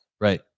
right